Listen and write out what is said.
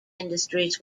industries